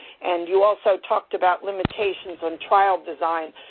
and you also talked about limitations on trial design.